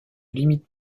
limite